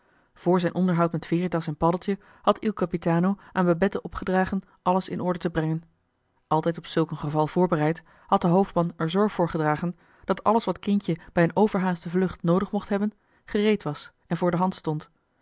vr zijn onderhoud met veritas en paddeltje had il capitano aan babette opgedragen alles in orde te brengen altijd op zulk een geval voorbereid had de hoofdman er zorg voor gedragen dat alles wat kindje bij een overhaaste joh h been paddeltje de scheepsjongen van michiel de ruijter vlucht noodig mocht hebben gereed was en voor de hand stond